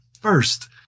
First